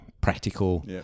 practical